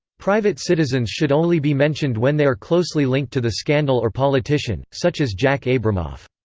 private citizens should only be mentioned when they are closely linked to the scandal or politician, such as jack abramoff.